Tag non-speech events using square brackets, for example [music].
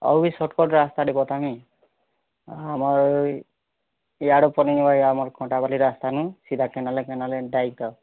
ଆଉ ବି ସଟ୍କଟ୍ ରାସ୍ତାଟେ ବତାମି ଆମର୍ ଏଇ ୟାଡ ପନି ଭଳିଆ ଆମ କଣ୍ଟାପାଲି ରାସ୍ତାନୁ ସିଧା କେନାଲେ କେନାଲେ ଏନ୍ତା [unintelligible]